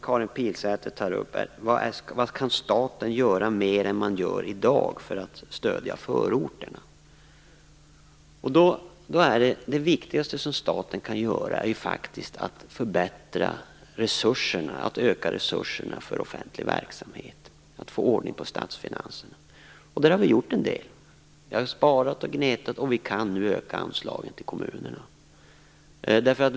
Karin Pilsäter tar upp frågan: Vad kan staten göra mer än vad den gör i dag för att stödja förorterna? Det viktigaste som staten kan göra är att förbättra och öka resurserna för offentlig verksamhet och få ordning på statsfinanserna. Där har vi gjort en del. Vi har sparat och gnetat, och vi kan nu öka anslagen till kommunerna.